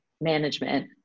management